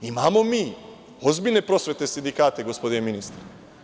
Imamo mi ozbiljne prosvetne sindikate, gospodine ministre.